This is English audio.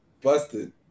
busted